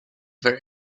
very